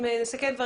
אם נסכם את דבריך,